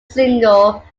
single